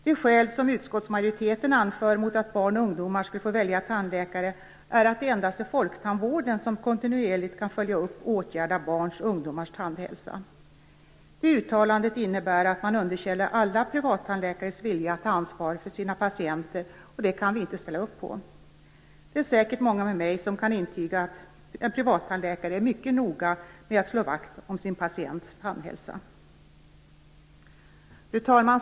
Det skäl som utskottsmajoriteten anför mot att barn och ungdomar skulle få välja tandläkare är att det endast är folktandvården som kontinuerligt kan följa upp och åtgärda barns och ungdomars tandhälsa. Det uttalandet innebär att man underkänner alla privattandläkares vilja att ta ansvar för sina patienter, och det kan vi inte ställa oss bakom. Det är säkert många med mig som kan intyga att privattandläkare är mycket noga med att slå vakt om sina patienters tandhälsa. Fru talman!